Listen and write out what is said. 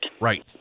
Right